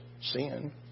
Sin